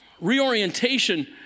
Reorientation